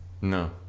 No